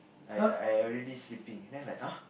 I I already sleeping then I like ah